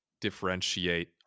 differentiate